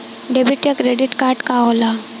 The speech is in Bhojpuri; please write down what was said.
डेबिट या क्रेडिट कार्ड का होला?